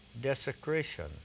desecration